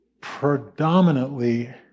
predominantly